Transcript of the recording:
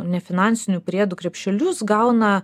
nefinansinių priedų krepšelius gauna